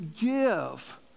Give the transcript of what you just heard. give